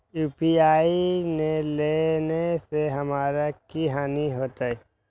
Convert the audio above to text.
UPI ने लेने से हमरो की हानि होते?